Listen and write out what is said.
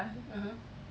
(uh huh)